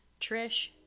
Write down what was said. Trish